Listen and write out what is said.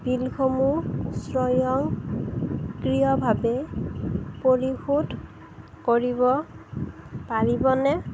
বিলসমূহ স্বয়ংক্ৰিয়ভাৱে পৰিশোধ কৰিব পাৰিবনে